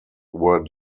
were